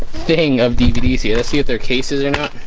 thing of dvds here, let's see if they're cases or not.